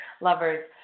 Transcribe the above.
lovers